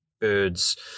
birds